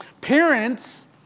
Parents